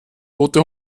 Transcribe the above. tote